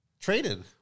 traded